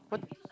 what